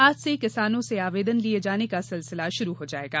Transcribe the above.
आज से किसानों से आवेदन लिये जाने का सिलसिला शुरू हो जायेगा